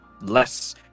less